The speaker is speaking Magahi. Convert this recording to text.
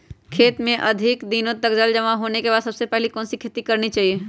खेत में अधिक दिनों तक जल जमाओ होने के बाद सबसे पहली कौन सी खेती करनी चाहिए?